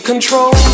Control